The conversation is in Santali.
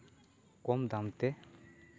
ᱠᱚᱢ ᱫᱟᱢ ᱛᱮ